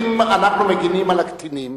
אם אנחנו מגינים על הקטינים,